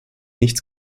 nichts